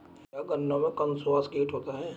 क्या गन्नों में कंसुआ कीट होता है?